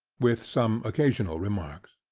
with some occasional remarks.